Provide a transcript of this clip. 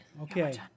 Okay